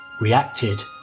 reacted